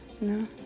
No